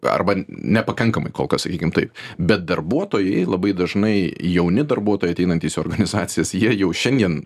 arba nepakankamai kol kas sakykim taip bet darbuotojai labai dažnai jauni darbuotojai ateinantys į organizacijas jie jau šiandien